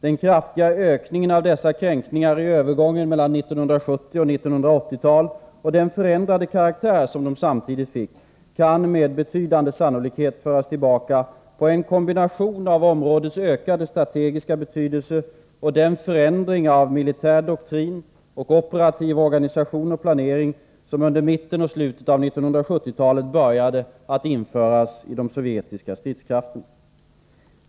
Den kraftiga ökningen av dessa kränkningar i övergången mellan 1970 och 1980-tal, och den förändrade karaktär de samtidigt fick, kan med betydande sannolikhet föras tillbaka på en kombination av områdets ökade strategiska betydelse och den förändring av militär doktrin samt operativ organisation och planering som under mitten och slutet av 1970-talet började att införas i de sovjetiska stridskrafterna.